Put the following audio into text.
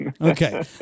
Okay